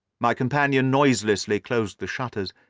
my companion noiselessly closed the shutters,